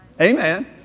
Amen